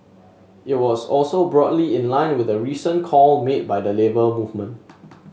it was also broadly in line with a recent call made by the Labour Movement